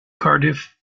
cardiff